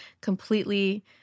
completely